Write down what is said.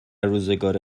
روزگار